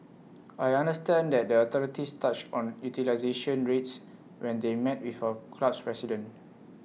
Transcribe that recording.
I understand that the authorities touched on utilisation rates when they met with our club's president